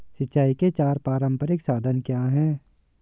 सिंचाई के चार पारंपरिक साधन क्या हैं?